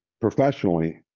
professionally